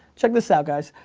check this out, guys,